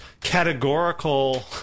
categorical